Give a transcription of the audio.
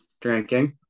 drinking